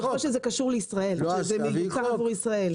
ככל שזה קשור לישראל ומיוצר עבור ישראל.